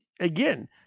again